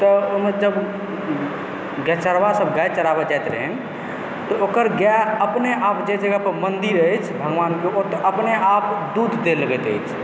तऽ ओहिमे गै चरवासभ गै चराबय जाइत रहै ओकर गै अपनेआप जाहि जगह पर मन्दिर अछि भगवानके ओतय अपने आप दूध दए लगैत अछि